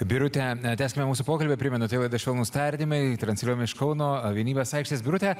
birute tęskime mūsų pokalbį primenu tai laida švelnūs tardymai transliuojama iš kauno vienybės aikštės birute